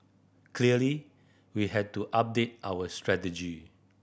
clearly we had to update our strategy